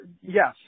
yes